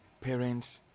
Parents